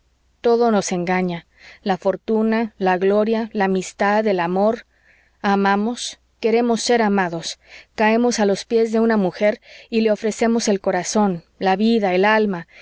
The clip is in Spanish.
todo nos engaña la fortuna la gloria la amistad el amor amamos queremos ser amados caemos a los pies de una mujer y le ofrecemos el corazón la vida el alma